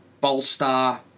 bolster